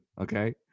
okay